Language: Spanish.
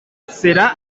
será